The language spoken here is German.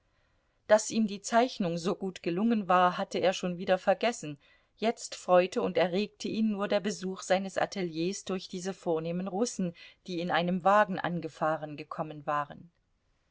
daß ihm die zeichnung so gut gelungen war hatte er schon wieder vergessen jetzt freute und erregte ihn nur der besuch seines ateliers durch diese vornehmen russen die in einem wagen angefahren gekommen waren